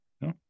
No